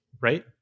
right